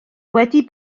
wedi